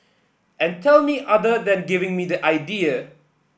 and tell me other than giving me the idea